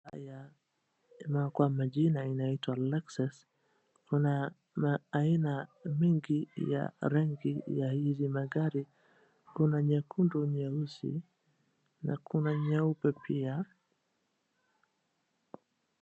Haya kwa majina inaitwa Lexus. Kuna aina mingi ya rangi ya hizi magari. Kuna nyekundu, nyeusi na kuna nyeupe pia.